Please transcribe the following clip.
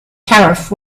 tariff